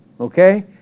Okay